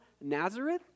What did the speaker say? Nazareth